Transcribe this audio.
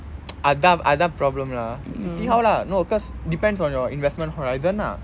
அதான் அதான்:athaa athaa problem lah see how lah no cause depends on your investment horizon ah